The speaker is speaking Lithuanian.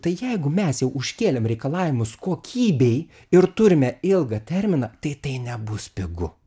tai jeigu mes jau užkėlėm reikalavimus kokybei ir turime ilgą terminą tai tai nebus pigu